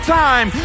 time